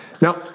Now